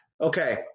Okay